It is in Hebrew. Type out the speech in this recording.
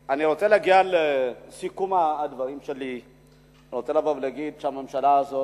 אני רוצה להגיע לסיכום הדברים שלי: אני רוצה להגיד שבממשלה הזאת,